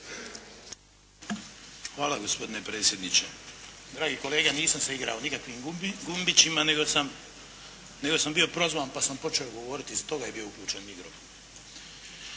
**Bagarić, Ivan (HDZ)** Dragi kolege nisam se igrao nikakvim gumbićima nego sam bio prozvan pa sam počeo govorio. Stoga je bio uključen mikrofon.